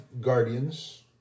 guardians